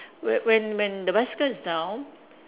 when when when the bicycle is down